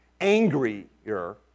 angrier